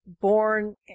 born